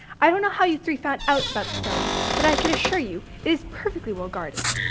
i don't know how you three found out about the stone but i can assure you it is perfectly well guarded.